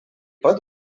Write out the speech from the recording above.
pat